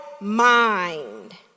mind